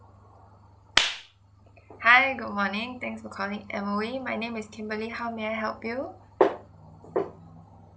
mm hi good morning thanks for calling M_O_E my name is kimberly how may I help you